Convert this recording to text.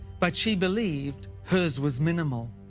but she believed hers was minimal.